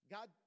God